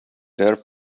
their